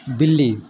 बिल्ली